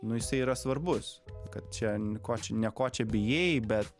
nu jisai yra svarbus kad čia ko čia ne ko čia bijai bet